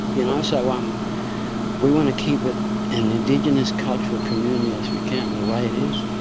you know, so um we want to keep it an indigenous cultural community as we can, the way it is,